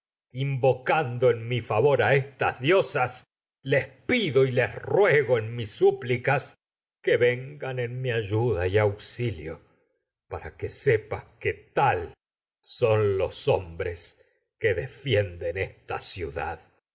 invocando en en mi favor a estas diosas en les pido les ruego mis que súplicas sepas que vengan son mi ayuda y auxilio para qué tal los hombres que defienden esta ciudad